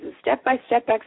step-by-step